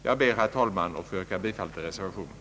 Jag ber, herr talman, att få yrka bifall till reservationen.